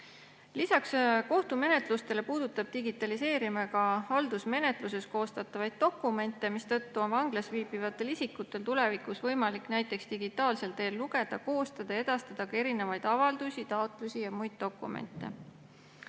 Lisaks kohtumenetlustele puudutab digitaliseerimine ka haldusmenetluses koostatavaid dokumente, mistõttu on vanglas viibivatel isikutel tulevikus võimalik näiteks digitaalsel teel lugeda, koostada ja edastada ka erinevaid avaldusi, taotlusi ja muid dokumente.